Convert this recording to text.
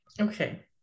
okay